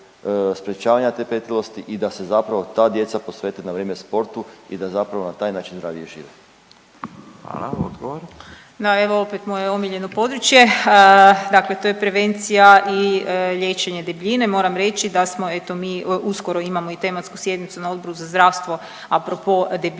sprječavanja te pretilosti i da se zapravo ta djeca posvete na vrijeme sportu i da zapravo na taj način dalje i žive. **Radin, Furio (Nezavisni)** Hvala. Odgovor. **Marić, Andreja (SDP)** Da, evo opet moje omiljeno područje. Dakle, to je prevencija i liječenje debljine. Moram reći da smo eto mi uskoro imamo i tematsku sjednicu na Odboru za zdravstvo apropro debljine.